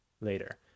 later